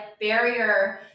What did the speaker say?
barrier